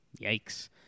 Yikes